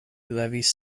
levis